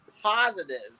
positive